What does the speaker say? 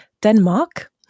Denmark